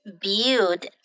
build